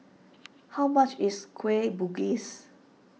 how much is Kueh Bugis